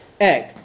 Egg